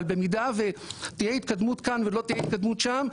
אבל במידה ותהיה התקדמות כאן ולא תהיה התקדמות שם,